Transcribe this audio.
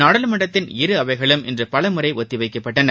நாடாளுமன்றத்தின் இரு அவைகளும் இன்று பல முறை ஒத்திவைக்கப்பட்டன